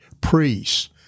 priests